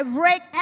break